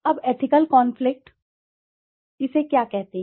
अब ethical conflict अब इसे क्या कहते हैं